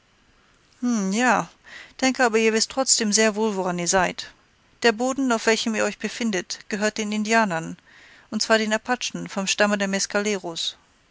ja denke aber ihr wißt trotzdem sehr wohl woran ihr seid der boden auf welchem ihr euch befindet gehört den indianern und zwar den apachen vom stamme der